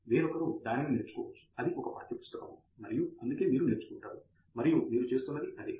వేరొకరు దానిని నేర్చుకోవచ్చు అది ఒక పాఠ్యపుస్తకము మరియు అందుకే మీరు నేర్చుకుంటారు మరియు మీరు చేస్తున్నది అదే